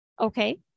Okay